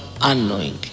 unknowingly